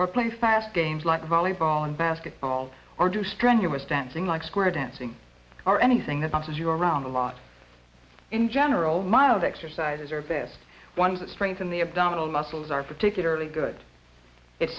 or play fast games like volleyball and basketball or do strenuous dancing like square dancing or anything that has your around a lot in general mild exercise are best ones that strengthen the abdominal muscles are particularly good it's